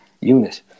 unit